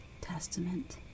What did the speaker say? Testament